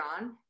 on